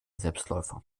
selbstläufer